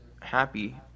happy